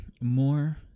more